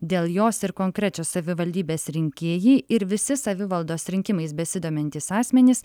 dėl jos ir konkrečios savivaldybės rinkėjai ir visi savivaldos rinkimais besidomintys asmenys